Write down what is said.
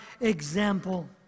example